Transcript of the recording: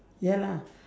ya lah